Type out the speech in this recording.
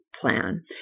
plan